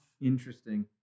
Interesting